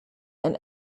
and